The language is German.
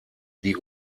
die